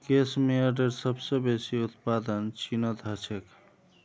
case मेयरेर सबस बेसी उत्पादन चीनत ह छेक